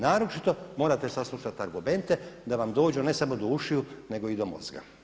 Naročito morate saslušati argumente da vam dođu ne samo do ušiju nego i do mozga.